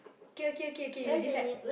okay okay okay you decide